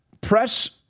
press